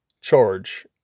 charge